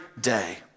day